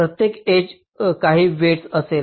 प्रत्येक एज काही वेईटस असेल